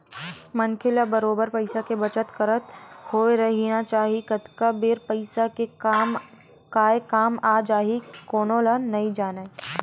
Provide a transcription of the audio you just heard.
मनखे ल बरोबर पइसा के बचत करत होय रहिना चाही कतका बेर पइसा के काय काम आ जाही कोनो नइ जानय